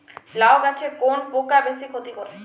লাউ গাছে কোন পোকা বেশি ক্ষতি করে?